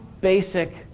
basic